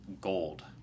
gold